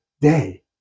day